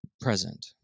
present